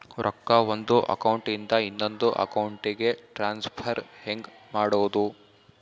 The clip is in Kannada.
ರೊಕ್ಕ ಒಂದು ಅಕೌಂಟ್ ಇಂದ ಇನ್ನೊಂದು ಅಕೌಂಟಿಗೆ ಟ್ರಾನ್ಸ್ಫರ್ ಹೆಂಗ್ ಮಾಡೋದು?